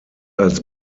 als